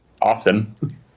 often